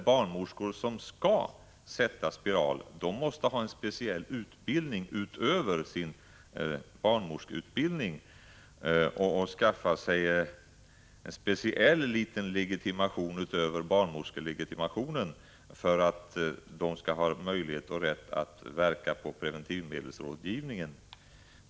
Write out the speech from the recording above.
Barnmorskor som skall sätta spiral måste ha en speciell utbildning utöver sin barnmorskeutbildning och skaffa sig en speciell liten legitimation utöver barnmorskelegitimationen för att få möjlighet och rätt att verka inom preventivmedelsrådgivningen.